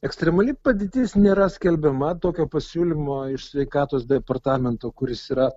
ekstremali padėtis nėra skelbiama tokio pasiūlymo iš sveikatos departamento kuris yra